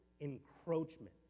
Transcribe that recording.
encroachment